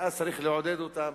ואז צריך לעודד אותם